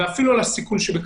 למרות שיש סיכון בכך.